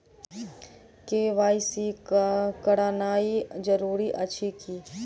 KYC करानाइ जरूरी अछि की?